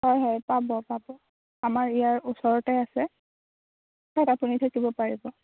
হয় হয় পাব পাব আমাৰ ইয়াৰ ওচৰতে আছে তাত আপুনি থাকিব পাৰিব